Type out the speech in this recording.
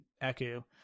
Echo